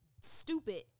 stupid